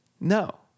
no